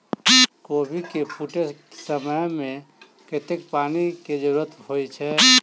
कोबी केँ फूटे समय मे कतेक पानि केँ जरूरत होइ छै?